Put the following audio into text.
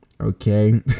okay